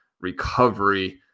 recovery